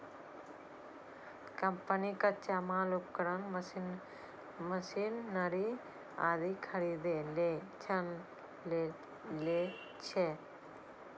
company कच्चा माल, उपकरण, मशीनरी आदि खरीदै लेल ऋण लै छै